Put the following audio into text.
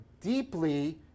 deeply